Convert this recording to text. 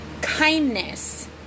kindness